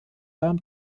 darm